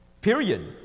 period